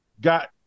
got –